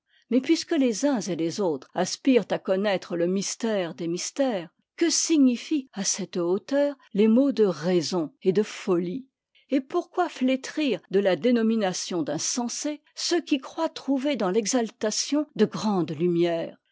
mais puisque les uns et les autres aspirent à connaître le mystère des mystères que signifient à cette hauteur les mots de raison et de folie et pourquoi flétrir de la dénomination d'insensés ceux qui croient trouver des l'exaltation de grandes lumières